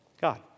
God